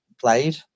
played